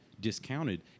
discounted